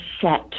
set